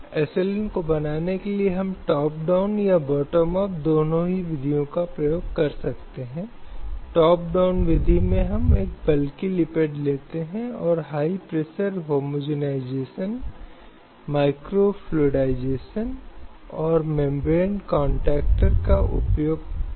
यह 2013 में आयोजित किया गया है कि जहां यह टू फिंगर टेस्ट को हराने से संबंधित है ऐसे परीक्षण एक महिला की गोपनीयता पर आक्रमण करते हैं और वे क्रूर अमानवीय या अपमानजनक व्यवहार करते हैं और उन्हें भारतीय संविधान के अनुच्छेद 21 का उल्लंघन करने की अनुमति नहीं दी जानी चाहिए